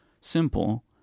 simple